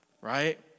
right